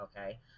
okay